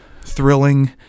thrilling